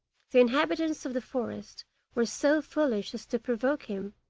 the inhabitants of the forest were so foolish as to provoke him,